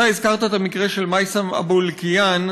אתה הזכרת את המקרה של מייסם אבו אלקיעאן.